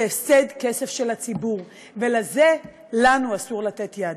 זה הפסד כסף של הציבור, ולזה אסור לנו לתת יד.